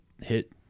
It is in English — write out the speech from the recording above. hit